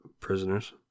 prisoners